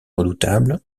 redoutable